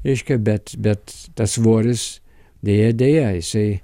reiškia bet bet tas svoris deja deja jisai